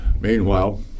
Meanwhile